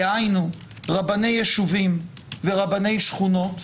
דהיינו רבני יישובים ורבני שכונות,